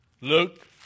Luke